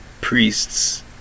priests